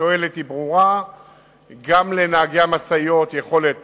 התועלת היא ברורה גם לנהגי המשאיות יכולת